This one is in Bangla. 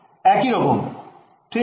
একইরকম ঠিক